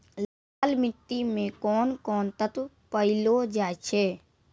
लाल मिट्टी मे कोंन कोंन तत्व पैलो जाय छै?